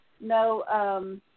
no